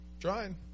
Trying